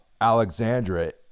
alexandra